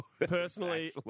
personally